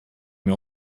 mir